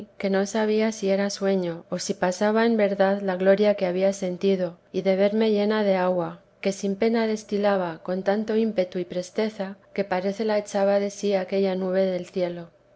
que no sabía si era sueño o si pasaba en verdad la gloria que había sentido y de verme llena de agua que sin pena destilaba teresa de jes con tanto ímpetu y presteza que parece la echaba de si aquella nube del cielo